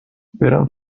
برم